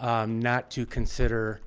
not to consider